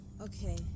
okay